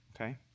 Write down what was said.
Okay